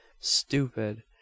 Stupid